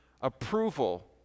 approval